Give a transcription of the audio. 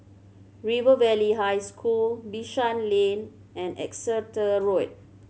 River Valley High School Bishan Lane and Exeter Road